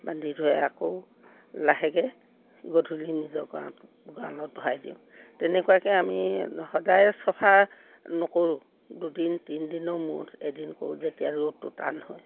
বান্ধি থওঁ আকৌ লাহেকৈ গধূলি নিজৰ গড়ালত গড়ালত ভৰাই দিওঁ তেনেকুৱাকৈ আমি সদায়ে চফা নকৰোঁ দুদিন তিনদিনৰ মূৰত এদিন কৰোঁ যেতিয়া ৰ'দটো টান হয়